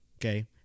Okay